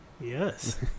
Yes